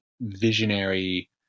visionary